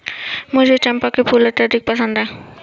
मुझे चंपा का फूल अत्यधिक पसंद है